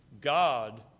God